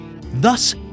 Thus